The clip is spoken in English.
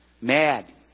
Mad